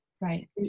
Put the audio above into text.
Right